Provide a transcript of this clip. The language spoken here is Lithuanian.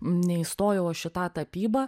neįstojau aš į tą tapybą